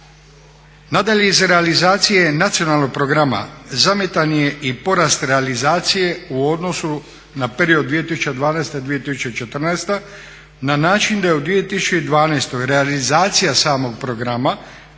Nadalje, iz realizacije Nacionalnog programa zamjetan je i porast realizacije u odnosu na period 2012.-2014.na način da je u 2012.realizacija samog programa